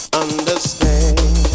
understand